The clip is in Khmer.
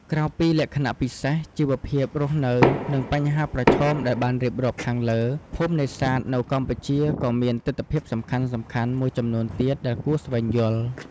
ក្រៅពីលក្ខណៈពិសេស ជីវភាពរស់នៅ និងបញ្ហាប្រឈមដែលបានរៀបរាប់ខាងលើ ភូមិនេសាទនៅកម្ពុជាក៏មានទិដ្ឋភាពសំខាន់ៗមួយចំនួនទៀតដែលគួរស្វែងយល់។